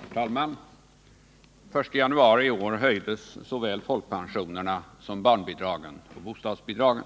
Herr talman! Den 1 januari i år höjdes såväl folkpensionerna som barnbidragen och bostadsbidragen.